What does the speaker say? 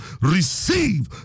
receive